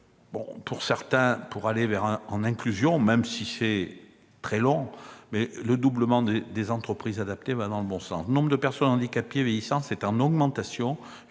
pour favoriser l'inclusion, même si c'est très long. Le doublement des entreprises adaptées va dans le bon sens. Le nombre de personnes handicapées vieillissantes est en augmentation.